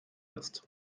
ist